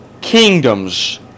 kingdoms